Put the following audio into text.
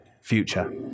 future